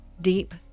deep